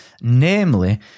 Namely